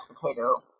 potato